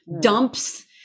dumps